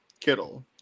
Kittle